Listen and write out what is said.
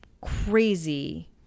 crazy